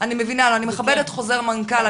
אני מכבדת חוזר מנכ"ל.